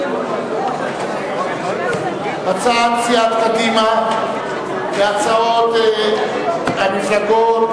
הצעת סיעת קדימה והצעות המפלגות